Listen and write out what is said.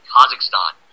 Kazakhstan